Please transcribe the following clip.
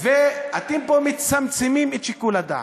אתם פה מצמצמים את שיקול הדעת.